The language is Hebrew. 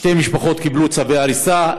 שתי משפחות קיבלו צווי הריסה,